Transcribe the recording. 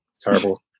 terrible